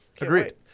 Agreed